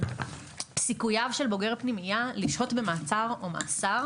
סיכוייו של בוגר פנימייה לשהות במעצר או מאסר